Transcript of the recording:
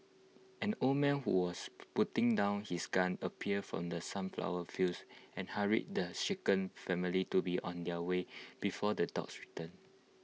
an old man who was putting down his gun appeared from the sunflower fields and hurried the shaken family to be on their way before the dogs return